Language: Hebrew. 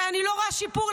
ואני לא רואה שיפור.